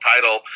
title